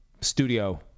studio